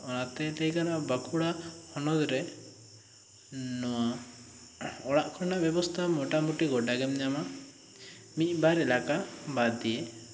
ᱚᱱᱟ ᱛᱮ ᱞᱟᱹᱭ ᱜᱟᱱᱚᱜᱼᱟ ᱵᱟᱸᱠᱩᱲᱟ ᱦᱚᱱᱚᱛ ᱨᱮ ᱱᱚᱣᱟ ᱚᱲᱟᱜ ᱠᱷᱚᱱᱟᱜ ᱵᱮᱵᱚᱥᱛᱷᱟ ᱢᱚᱴᱟ ᱢᱚᱴᱤ ᱜᱚᱴᱟ ᱜᱮᱢ ᱧᱟᱢᱟ ᱢᱤᱫ ᱵᱟᱨ ᱮᱞᱟᱠᱟ ᱵᱟᱫᱽ ᱫᱤᱭᱮ